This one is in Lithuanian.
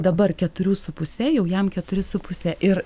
dabar keturių su puse jau jam keturi su puse ir